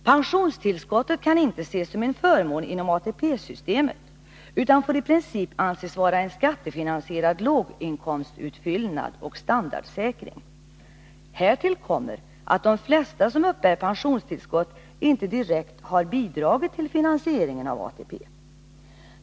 Pensionstillskottet kan inte ses som en förmån inom ATP-systemet utan får i princip anses vara en skattefinansierad låginkomstutfyllnad och standardsäkring. Härtill kommer att de flesta som uppbär pensiontillskott inte direkt har bidragit till finansieringen av ATP.